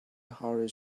hotel